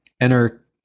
Enter